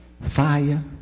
fire